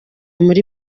muri